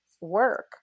work